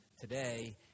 today